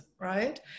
Right